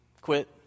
quit